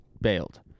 Bailed